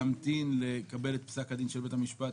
יש להמתין עד שיתקבל פסק הדין של בית המשפט,